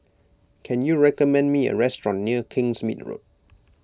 can you recommend me a restaurant near Kingsmead Road